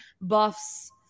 buffs